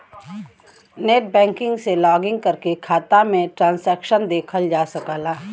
net banking से login करके खाता में ट्रांसैक्शन देखल जा सकला